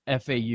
FAU